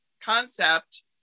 concept